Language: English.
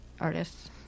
artists